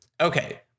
okay